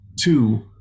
two